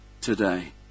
today